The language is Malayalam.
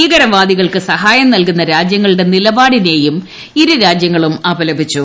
ഭീകരവാദികൾക്ക് സഹായം നൽകുന്ന രാജ്യങ്ങളുടെ നിലപാടിനേയും ഇരുരാജ്യങ്ങളും അപലപിച്ചു